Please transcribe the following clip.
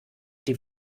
die